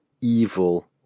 evil